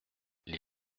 les